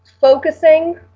focusing